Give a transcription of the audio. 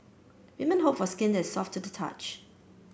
women hope for skin that is soft to touch